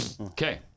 Okay